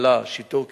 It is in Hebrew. מינהלה, שיטור קהילתי,